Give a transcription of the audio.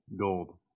gold